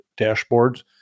dashboards